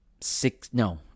six—no